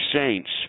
saints